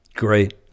Great